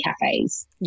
cafes